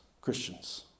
Christians